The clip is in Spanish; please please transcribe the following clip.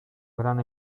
gran